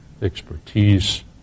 expertise